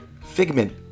Figment